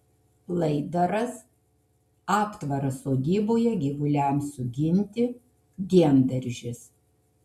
laidaras aptvaras sodyboje gyvuliams suginti diendaržis